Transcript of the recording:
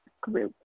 group